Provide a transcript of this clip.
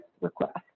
request